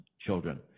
children